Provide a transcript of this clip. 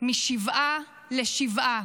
משבעה לשבעה.